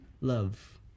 love